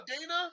dana